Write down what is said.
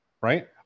right